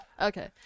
Okay